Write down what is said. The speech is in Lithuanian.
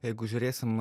jeigu žiūrėsim